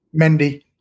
Mendy